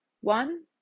One